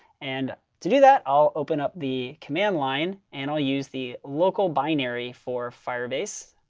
and to do that, i'll open up the command line. and i'll use the local binary for firebase.